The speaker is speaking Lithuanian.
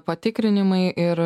patikrinimai ir